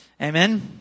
Amen